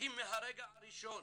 מקוטלגים מהרגע הראשון.